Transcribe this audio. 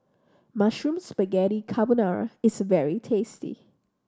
Mushroom Spaghetti Carbonara is very tasty